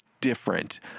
different